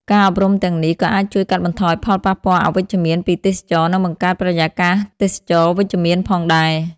ការអប់រំទាំងនេះក៏អាចជួយកាត់បន្ថយផលប៉ះពាល់អវិជ្ជមានពីទេសចរណ៍និងបង្កើតបរិយាកាសទេសចរណ៍វិជ្ជមានផងដែរ។